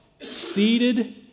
Seated